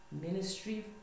Ministry